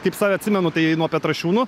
kaip save atsimenu tai nuo petrašiūnų